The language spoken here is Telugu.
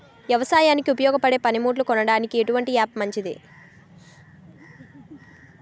వ్యవసాయానికి ఉపయోగపడే పనిముట్లు కొనడానికి ఎటువంటి యాప్ మంచిది?